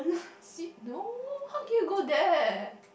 see no how can you go there